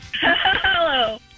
Hello